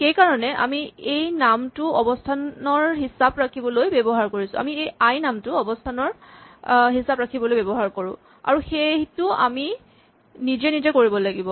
সেইকাৰণে আমি আই নামটো অৱস্হানৰ হিচাপ ৰাখিবলৈ ব্যৱহাৰ কৰোঁ আৰু সেইটো আমি নিজে নিজে কৰিব লাগিব